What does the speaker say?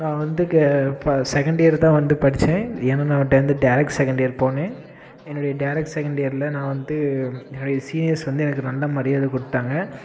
நான் வந்து க இப்போ செகண்ட் இயர் தான் வந்து படித்தேன் ஏன்னா நான் டேரக்ட் செகண்ட் இயர் போனேன் என்னுடைய டேரக்ட் செகண்ட் இயரில் நான் வந்து என்னுடைய சீனியர்ஸ் வந்து எனக்கு நல்லா மரியாதை கொடுத்தாங்க